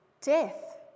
death